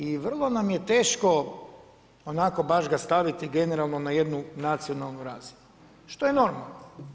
I vrlo nam je teško onako baš ga staviti generalno na jednu nacionalnu razinu što je normalno.